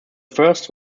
first